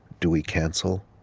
do we cancel